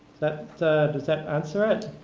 that does that answer it?